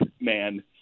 man